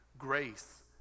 grace